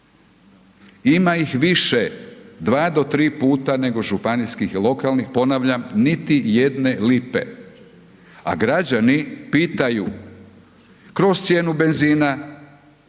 Ima ih više 2 do 3 puta nego županijskih i lokalnih, ponavljam niti jedne lipe, a građani pitaju kroz cijenu benzina,